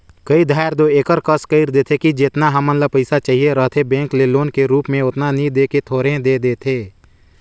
कए धाएर दो एकर कस कइर देथे कि जेतना हमन ल पइसा चाहिए रहथे बेंक ले लोन के रुप म ओतना नी दे के थोरहें दे देथे